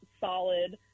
solid